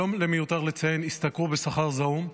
שלא מיותר לציין, השתכרו שכר זעום,